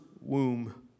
womb